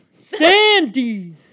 Sandy